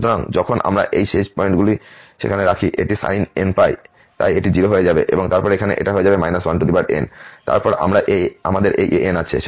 সুতরাং যখন আমরা এই শেষ পয়েন্টগুলি সেখানে রাখি এটি sin nπ তাই এটি 0 হয়ে যাবে এবং তারপর এখানে এটা হয়ে যাবে 1n এবং তারপর আমরা এই ans আছে